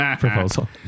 Proposal